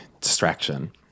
distraction